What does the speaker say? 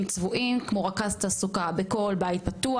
צבועים כמו רכז תעסוקה בכל בית פתוח.